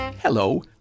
Hello